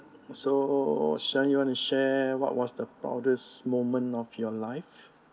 so sharon you want to share what was the proudest moment of your life